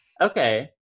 Okay